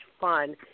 fun